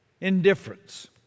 indifference